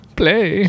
play